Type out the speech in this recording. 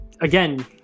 again